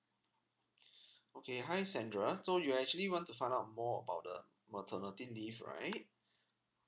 okay hi sandra so you actually want to find out more about uh maternity leave right